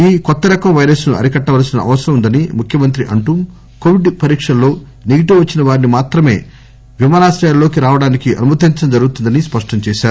ఈ కొత్తరకం పైరస్ ను అరికట్టవలసిన అవసరం వుందని ముఖ్యమంత్రి అంటూ కోవిడ్ పరిక్షలో నెగిటీవ్ వచ్చిన వారిని మాత్రమే విమానాశ్రయంలోకి రావడానికి అనుమతించడం జరుగుతుందని స్పష్టంచేశారు